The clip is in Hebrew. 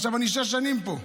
אני שש שנים פה,